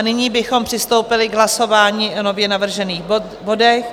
Nyní bychom přistoupili k hlasování o nově navržených bodech.